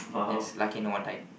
yes lucky no one died